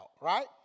right